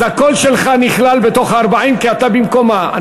אז הקול שלך נכלל בתוך ה-40 כי אתה במקומה.